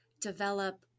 develop